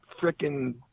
frickin